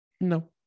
No